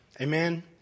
Amen